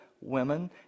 women